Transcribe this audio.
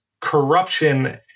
corruption